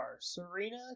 Serena